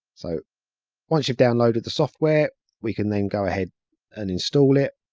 so once you've downloaded the software we can then go a head and install it.